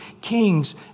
kings